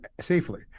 safely